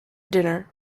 dinner